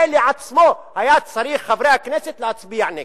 על זה לעצמו היו צריכים חברי הכנסת להצביע נגד.